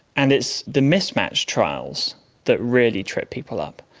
and it's the mismatched trials that really trip people up.